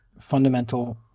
fundamental